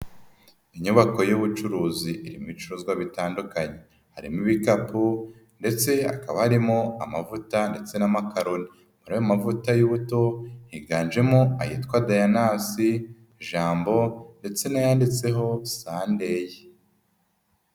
Inyubako y'ubucuruzi irimo ibicuruzwa bitandukanye, harimo ibikapu ndetse hakaba harimo amavuta ndetse n'amakaroni, muri ayo mavuta y'ubuto higanjemo ayitwa Dayanasi, Jambo ndetse n'ayanditseho Sandeyi.